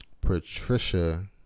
Patricia